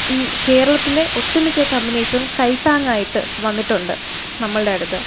in കേരളത്തിലെ ഒട്ടുമിക്ക കമ്പനീസും കൈത്താങ്ങായിട്ട് വന്നിട്ടുണ്ട് നമ്മളുടെ അടുത്ത്